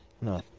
No